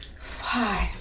Five